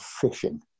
fishing